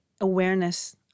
awareness